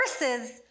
verses